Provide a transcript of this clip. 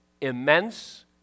immense